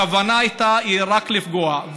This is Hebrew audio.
הכוונה הייתה רק לפגוע.